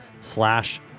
slash